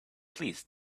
please